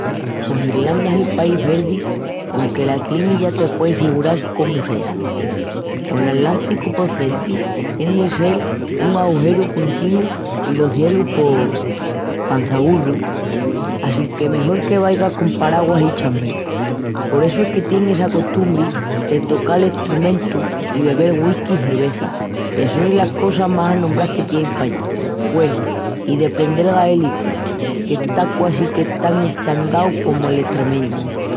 Pos Ilranda es el país verdi conque la climi ya te pueis figural comu sea. Col Atlánticu por frenti tien de sel un aguaeru continu i los cielus pos... pançaburru. Assínque mejol que vaigas con parauguas i chambergu. Por essu es que tienin essa costumbri de tocal estrumentus i bebel whisky i cerveza, que sonin las cosas más anombrás que tienin pallí. Güenu, i deprendel gaélicu, qu'está quasi que tan eschangau comu l'estremeñu.